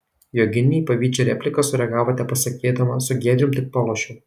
joginė į pavydžią repliką sureagavo tepasakydama su giedrium tik palošiau